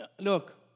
Look